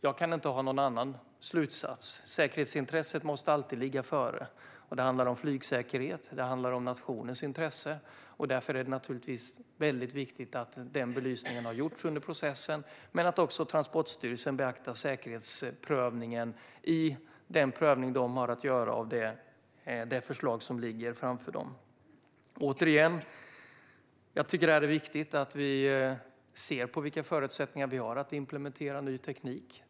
Jag kan inte ha någon annan slutsats. Säkerhetsintresset måste alltid gå före. Det handlar om flygsäkerhet och nationens intresse, och därför är det naturligtvis väldigt viktigt att den belysningen har gjorts under processen men att också Transportstyrelsen beaktar säkerhetsprövningen i den prövning de har att göra av det förslag som ligger framför dem. Återigen: Jag tycker att det är viktigt att vi ser på vilka förutsättningar vi har att implementera ny teknik.